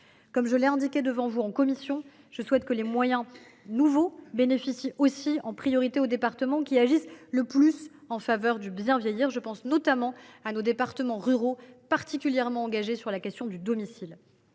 Comme je l’ai indiqué devant votre commission, je souhaite que les moyens nouveaux bénéficient aussi, en priorité, aux départements qui agissent le plus en faveur du bien vieillir. Les départements ruraux, notamment, sont particulièrement engagés sur la question de l’aide